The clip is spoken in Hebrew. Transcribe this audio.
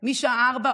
עוד ארבעה,